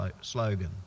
slogan